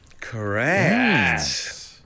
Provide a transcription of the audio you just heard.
Correct